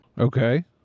Okay